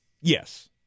Yes